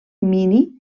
mini